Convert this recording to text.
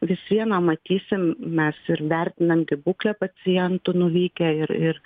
vis viena matysim mes ir vertinam gi būklę pacientų nuvykę ir ir